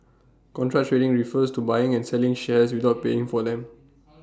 contra trading refers to buying and selling shares without paying for them